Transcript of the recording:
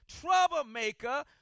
troublemaker